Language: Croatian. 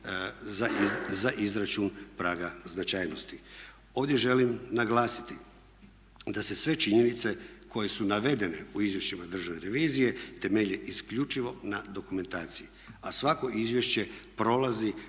za izračun praga značajnosti. Ovdje želim naglasiti da se sve činjenice koje su navedene u izvješćima Državne revizije temelje isključivo na dokumentaciji, a svako izvješće prolazi